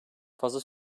fazla